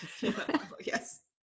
Yes